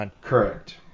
correct